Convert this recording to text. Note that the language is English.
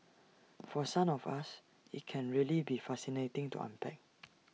for some of us IT can really be fascinating to unpack